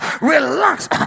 relax